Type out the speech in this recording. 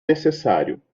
necessário